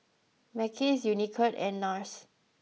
Mackays Unicurd and Nars